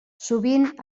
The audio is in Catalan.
sovint